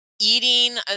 eating